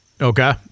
Okay